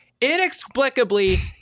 inexplicably